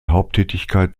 haupttätigkeit